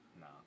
No